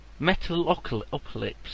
Metalocalypse